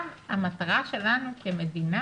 המטרה שלנו כמדינה